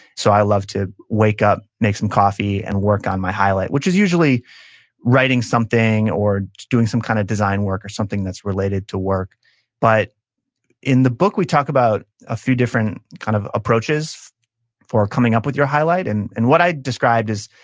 so i love to wake up, make some coffee, and work on my highlight, which is usually writing something, or doing some kind of design work, or doing something that's related to work but in the book, we talk about a few different kind of approaches for coming up with your highlight. and and what i described is,